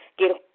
get